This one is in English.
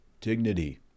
dignity